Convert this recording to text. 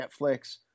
Netflix